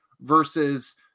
versus